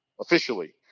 officially